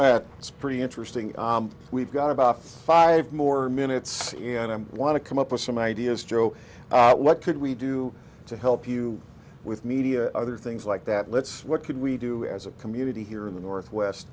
it's pretty interesting we've got about five more minutes and i want to come up with some ideas joe what could we do to help you with media other things like that let's what could we do as a community here in the northwest